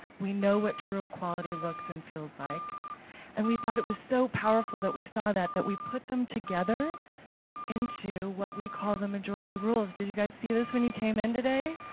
we know what true equality looks and feels like and we thought it was so powerful that we saw that, that we put them together into what we call the majority rules. did you see this when you came in today?